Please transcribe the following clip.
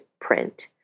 print